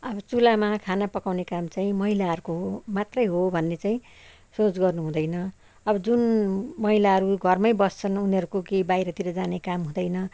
अब चुल्हामा खाना पकाउने काम चाहिँ महिलाहरूको हो मात्रै हो भन्ने चाहिँ सोच गर्नु हुँदैन अब जुन महिलाहरू घरमै बस्छन् उनीहरूको केही बाहिरतिर जाने काम हुँदैन